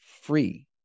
free